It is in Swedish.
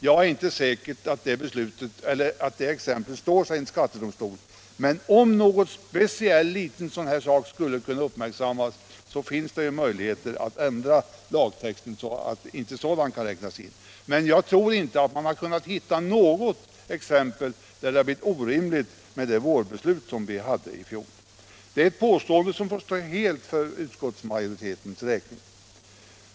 Jag är inte säker på att det exemplet står sig i en skattedomstol. Om någonting speciellt skulle uppmärksammas så finns det ju möjligheter att ändra lagtexten i den delen, men jag tror inte att det finns något exempel på att det har blivit orimliga konsekvenser av det beslut som riksdagen fattade förra våren. Påståendet får stå helt för utskottsmajoritetens räkning.